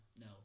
No